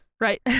right